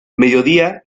mediodía